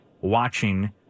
watching